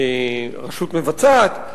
הרשות המבצעת.